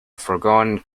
foregone